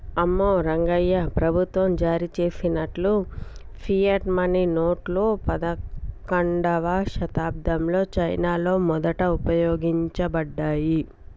అమ్మో రంగాయ్యా, ప్రభుత్వం జారీ చేసిన ఫియట్ మనీ నోట్లు పదకండవ శతాబ్దంలో చైనాలో మొదట ఉపయోగించబడ్డాయి